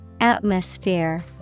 Atmosphere